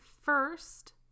first